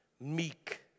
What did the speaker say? meek